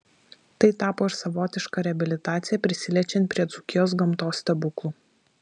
tai tapo ir savotiška reabilitacija prisiliečiant prie dzūkijos gamtos stebuklų